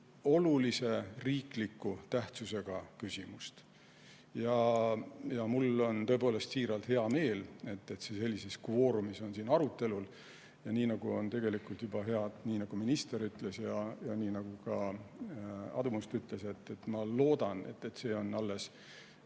olulist riikliku tähtsusega küsimust. Ja mul on tõepoolest siiralt hea meel, et see sellises kvoorumis on siin arutelul. Nii nagu tegelikult juba minister ütles ja nagu ka Aadu Must ütles, ma loodan, et see on alles